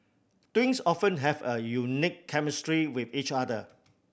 twins often have a unique chemistry with each other